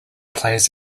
plays